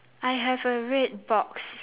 I have a red box